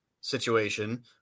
situation